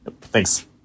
Thanks